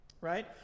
right